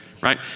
right